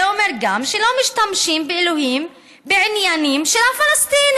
זה אומר שגם לא משתמשים באלוהים בעניינים של הפלסטינים,